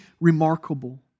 remarkable